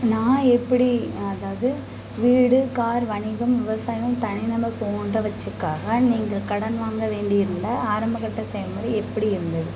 நான் எப்படி அதாவது வீடு கார் வணிகம் விவசாயம் தனிநபர் போன்றவற்றுக்காக நீங்கள் கடன் வாங்க வேண்டியிருந்தால் ஆரம்பக்கட்ட செயல்முறை எப்படி இருந்தது